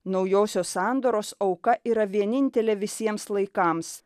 naujosios sandoros auka yra vienintelė visiems laikams